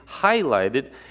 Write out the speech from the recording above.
highlighted